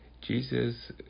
Jesus